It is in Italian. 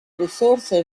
risorsa